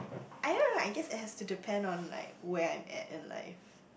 I don't know I guess it has to depend on like where I'm at in life